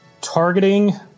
targeting